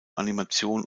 animation